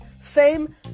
fame